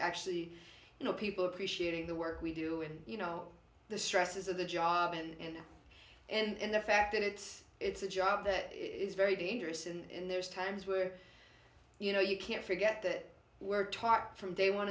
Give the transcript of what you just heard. actually you know people are appreciating the work we do and you know the stresses of the job and and the fact that it's it's a job that is very dangerous and there's times where you know you can't forget that we're taught from day one